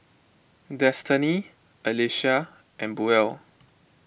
Destany Alecia and Buell